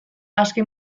aski